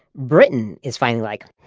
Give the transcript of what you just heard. britain is finally like,